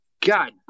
God